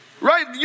Right